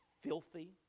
filthy